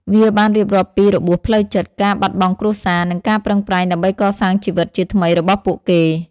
វាបានរៀបរាប់ពីរបួសផ្លូវចិត្ត ការបាត់បង់គ្រួសារ និងការប្រឹងប្រែងដើម្បីកសាងជីវិតជាថ្មីរបស់ពួកគេ។